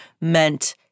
meant